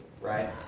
right